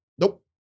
Nope